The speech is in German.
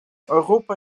europa